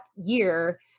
year